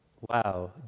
wow